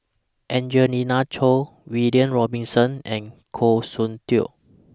Angelina Choy William Robinson and Goh Soon Tioe